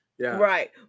Right